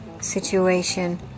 situation